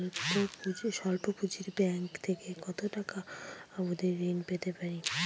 স্বল্প পুঁজির ব্যাংক থেকে কত টাকা অবধি ঋণ পেতে পারি?